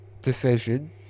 decision